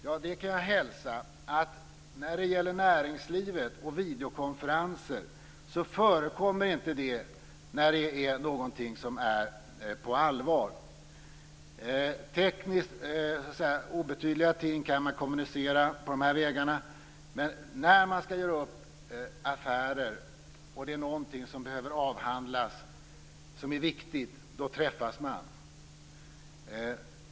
Jag kan hälsa att i näringslivet förekommer inte videokonferenser när det är någonting som är på allvar. Tekniskt obetydliga ting kan man kommunicera via de här vägarna, men när man skall göra upp affärer och det är någonting viktigt som behöver avhandlas, då träffas man.